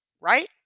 right